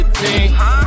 team